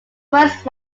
first